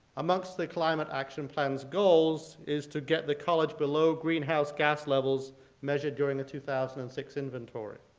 amongst the climate action plan's goal is to get the college below greenhouse gas levels measured during a two thousand and six inventory.